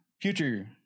future